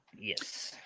Yes